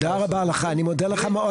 תודה רבה לך, אני מודה לך מאוד.